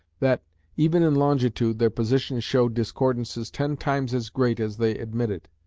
that even in longitude their positions showed discordances ten times as great as they admitted,